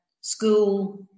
school